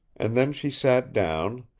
and then she sat down,